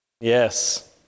Yes